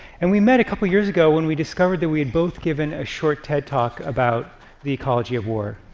and we met a couple years ago when we discovered that we had both given a short ted talk about the ecology of war,